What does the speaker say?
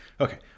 Okay